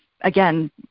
again